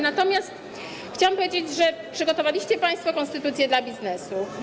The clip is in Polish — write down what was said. Natomiast chciałam powiedzieć, że przygotowaliście państwo konstytucję dla biznesu.